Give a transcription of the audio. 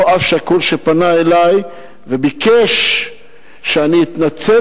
אותו אב שכול שפנה אלי וביקש שאני אתנצל